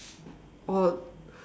or